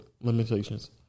limitations